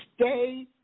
stay